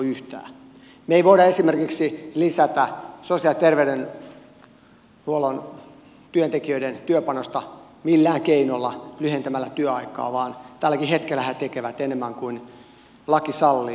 me emme voi esimerkiksi lisätä sosiaali ja terveydenhuollon työntekijöiden työpanosta millään keinolla lyhentämällä työaikaa vaan tälläkin hetkellä he tekevät enemmän kuin laki sallii